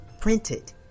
printed